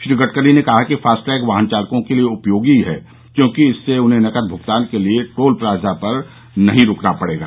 श्री गडकरी ने कहा कि फास्टैग वाहन चालकों के लिए उपयोगी है क्योंकि इससे उन्हें नकद भूगतान के लिए टोल प्लाजा पर नहीं रूकना पड़ेगा